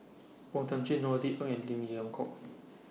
O Thiam Chin Norothy Ng and Lim Leong Geok